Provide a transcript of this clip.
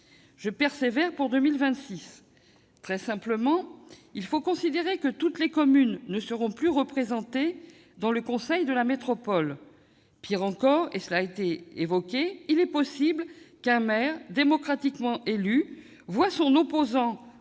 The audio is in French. je persévère pour 2026. Très simplement, il faut considérer que toutes les communes ne seront plus représentées au sein du conseil de la métropole. Pis encore, comme cela a été relevé, il est possible qu'un maire démocratiquement élu voie son opposant